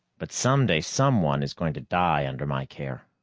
but some day someone is going to die under my care,